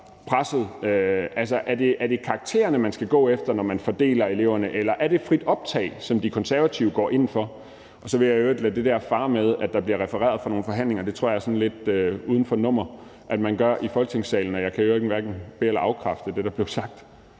Altså, er det karaktererne, man skal gå efter, når man fordeler eleverne, eller er det et frit optag, som De Konservative går ind for? Så vil jeg i øvrigt lade det med, at der bliver refereret fra nogle forhandlinger, fare. Det tror jeg er sådan lidt uden for nummer at man gør i Folketingssalen, og jeg kan jo i øvrigt hverken be- eller afkræfte det, der blev sagt.